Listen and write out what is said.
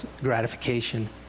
gratification